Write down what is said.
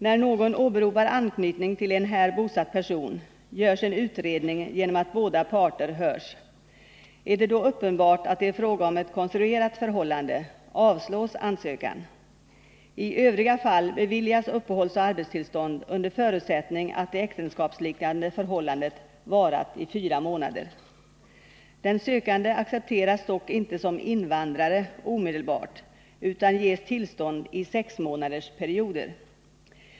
När någon åberopar anknytning till en här bosatt person görs en utredning genom att båda parter hörs. Är det då uppenbart att det är fråga om ett konstruerat förhållande avslås ansökan. I övriga fall beviljas uppehållsoch arbetstillstånd under förutsättning att det äktenskapsliknande förhållandet varat i fyra månader. Den sökande accepteras dock inte som invandrare omedelbart, utan ges tillstånd i sexmånadersperioder.